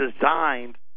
designed